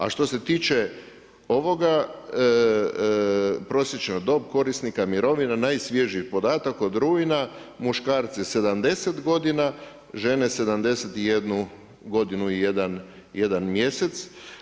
A što se tiče ovoga prosječna dob korisnika mirovine, najsvježiji podatak od rujna, muškarci 70 godina, žene 71 godinu i jedan mjesec.